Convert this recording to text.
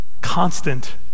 constant